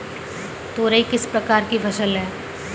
तोरई किस प्रकार की फसल है?